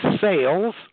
sales